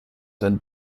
and